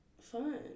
fun